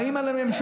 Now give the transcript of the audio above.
באים על הממשלה,